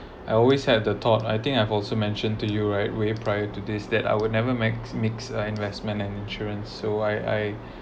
I always had the thought I think I've also mention to you right where prior to this that I would never mix mix a investment and insurance so I I